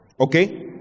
okay